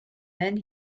then